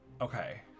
Okay